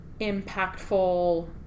impactful